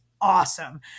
awesome